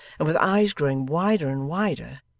and with eyes growing wider and wider,